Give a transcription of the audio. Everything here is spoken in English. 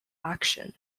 action